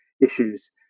issues